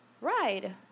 ride